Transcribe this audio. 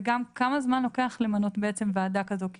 וגם כמה זמן לוקח למנותב עצם ועדה כזו?